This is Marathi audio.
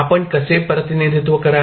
आपण कसे प्रतिनिधित्व कराल